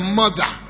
mother